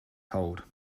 cold